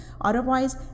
Otherwise